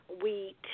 wheat